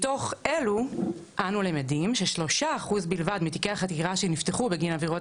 מתוך אלו אנו למדים ש- 3% בלבד מתיקי החקירה שנפתחו בגין עבירות